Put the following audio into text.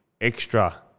extra